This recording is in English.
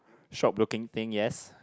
shop looking thing yes